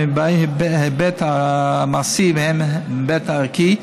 הן מההיבט המעשי והן מההיבט הערכי.